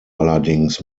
allerdings